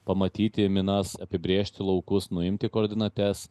pamatyti minas apibrėžti laukus nuimti koordinates